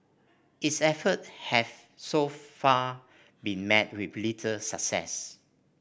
its effort have so far been met with little success